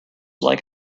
like